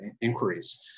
inquiries